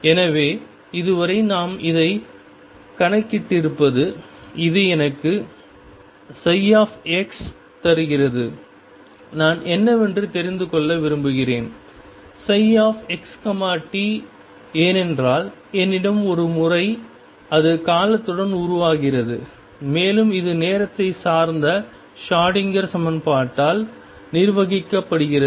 எனவே இதுவரை நாம் இதைக் கணக்கிட்டிருப்பது இது எனக்கு ψ தருகிறது நான் என்னவென்று தெரிந்து கொள்ள விரும்புகிறேன் xt ஏனென்றால் என்னிடம் ஒரு முறை அது காலத்துடன் உருவாகிறது மேலும் இது நேரத்தை சார்ந்த ஷ்ரோடிங்கர் சமன்பாட்டால் நிர்வகிக்கப்படுகிறது